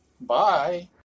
Bye